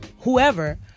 whoever